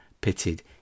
pitted